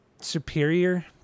superior